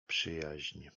przyjaźń